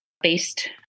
based